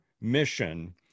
mission